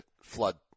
flood